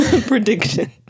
prediction